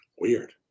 Weird